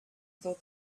thought